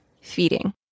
feeding